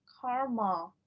Karma